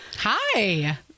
Hi